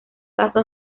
caso